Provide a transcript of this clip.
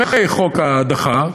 אחרי חוק ההדחה,